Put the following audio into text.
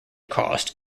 cost